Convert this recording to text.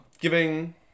giving